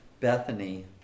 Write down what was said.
Bethany